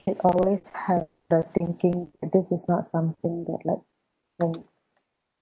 should always the thinking this is not something that like can